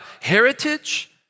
heritage